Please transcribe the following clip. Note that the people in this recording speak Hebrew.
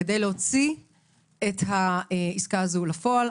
כדי להוציא את העסקה הזו לפועל.